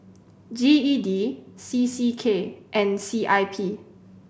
G E D C C K and C I P